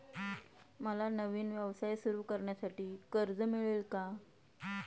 मला नवीन व्यवसाय सुरू करण्यासाठी कर्ज मिळेल का?